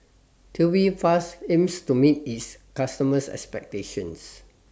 Tubifast aims to meet its customers' expectations